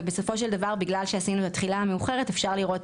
ובסופו של דבר בגלל שעשינו תחילה מאוחרת אפשר לראות